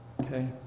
Okay